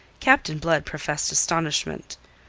captain blood professed astonishment.